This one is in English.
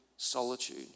Solitude